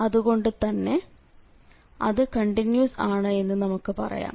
അതുകൊണ്ടു തന്നെ അത് കണ്ടിന്യൂസ് ആണ് എന്ന് നമുക്ക് പറയാം